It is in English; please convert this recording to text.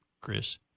Chris